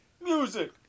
Music